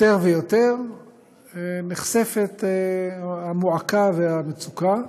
יותר ויותר נחשפת המועקה והמצוקה.